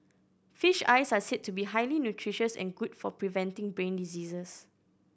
fish eyes are said to be highly nutritious and good for preventing brain diseases